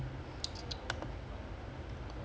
usually weather பண்ணா:pannaa they will